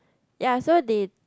ya so they